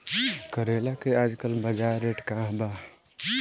करेला के आजकल बजार रेट का बा?